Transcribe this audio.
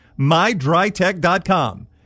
MyDryTech.com